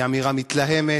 היא אמירה מתלהמת,